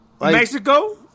Mexico